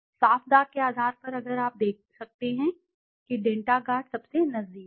साफ दाग के आधार पर अगर आप देख सकते हैं कि डेंटा गार्ड सबसे नजदीक है